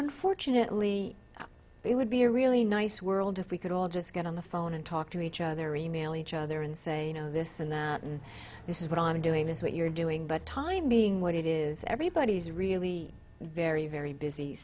unfortunately it would be a really nice world if we could all just get on the phone and talk to each other or email each other and say you know this and that and this is what i'm doing this what you're doing but time being what it is everybody is really very very busy